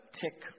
tick